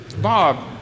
Bob